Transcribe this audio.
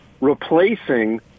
replacing